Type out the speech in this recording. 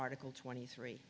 article twenty three